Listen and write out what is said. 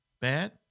Bad